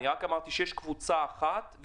דיברתי על קבוצה ספציפית אחת.